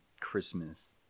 Christmas